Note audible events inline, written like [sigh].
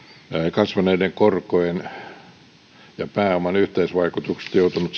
kasvaneiden korkojen ja pääoman yhteisvaikutuksesta joutuneet [unintelligible]